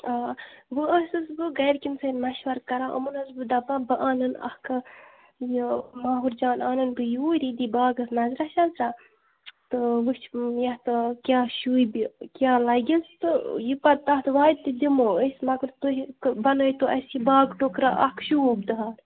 آ وۄنۍ ٲسٕس بہٕ گَرِکٮ۪ن سۭتۍ مَشوَرٕ کَران یِمَن ٲسٕس بہٕ دَپان بہٕ اَنَن اَکھٕ یہِ ماہوٗر جان اَنَن بہٕ یوٗرۍ یہِ دی باغَس نَظرا شَزرا تہٕ وٕچھِ یَتھ کیٛاہ شوٗبہِ کیٛاہ لَگٮ۪س تہٕ یہِ پَتہٕ تَتھ واتہِ تہِ دِمو أسۍ مگر تُہۍ بنٲیتو اَسہِ یہِ باغہٕ ٹُکرا اَکھ شوٗبدار